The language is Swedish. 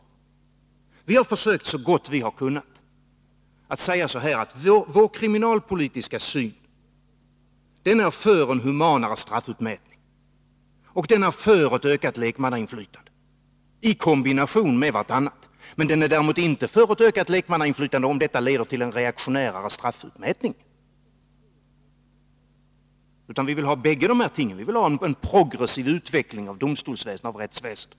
Vi har emellertid försökt så gott vi har kunnat och sagt ungefär så här: Vår kriminalpolitiska syn är för en humanare straffutmätning och ett ökat lekmannainflytande i kombination med varandra. Däremot är den inte för ett ökat lekmannainflytande, om det leder till en mer reaktionär straffutmätning. Vi vill alltså ha bägge dessa ting och en progressiv utveckling av domstolsoch rättsväsendet.